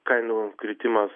kainų kritimas